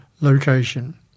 location